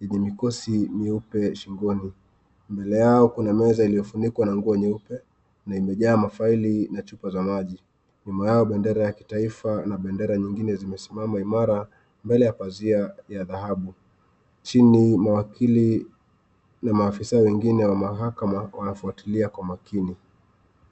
yenye mikosi mieupe shingoni, mbele yao kuna meza iliyofunikwa na nguo nyeupe na imejaa mafaili na chupa za maji, Nyuma yao bendera ya kitaifa na bendera nyingine zimesimama imara mbele ya pazia ya dhahabu. Chini mawakili na maafisa wengine wa mahakama wanafuatilia kwa makini.